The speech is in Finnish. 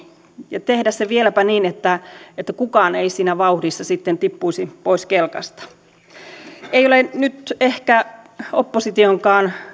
ja tehdä se vieläpä niin että että kukaan ei siinä vauhdissa sitten tippuisi pois kelkasta ei ole nyt ehkä oppositionkaan